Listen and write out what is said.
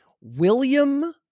William